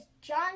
John